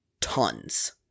tons